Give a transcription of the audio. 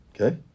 okay